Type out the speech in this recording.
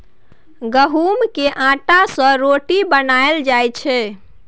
गहुँम केर आँटा सँ रोटी बनाएल जाइ छै